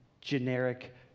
generic